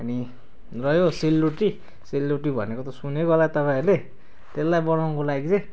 अनि रह्यो सेलरोटी सेलरोटी भनेको त सुनेको होला तपाईँहरूले त्यसलाई बनाउनुको लागि चाहिँ